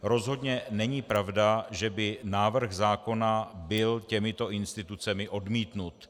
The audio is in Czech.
Rozhodně není pravda, že by návrh zákona byl těmito institucemi odmítnut.